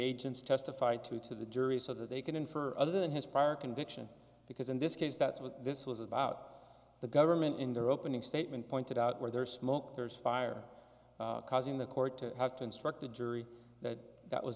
agents testified to to the jury so that they can infer other than his prior conviction because in this case that's what this was about the government in their opening statement pointed out where there's smoke there's fire causing the court to have to instruct the jury that that was